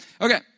Okay